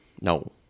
No